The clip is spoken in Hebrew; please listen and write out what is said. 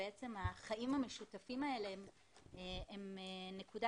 ובעצם החיים המשותפים האלה זו נקודה